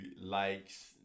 likes